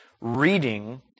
reading